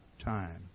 time